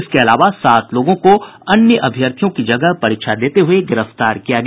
इसके अलावा सात लोगों को अन्य अभ्यर्थियों की जगह परीक्षा देते हुये गिरफ्तार किया गया